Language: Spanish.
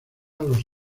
los